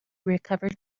recovered